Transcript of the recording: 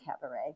Cabaret